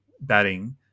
batting